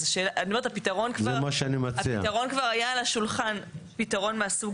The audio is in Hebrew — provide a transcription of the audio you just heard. אז אני אומרת הפתרון כבר היה על השולחן פתרון מהסוג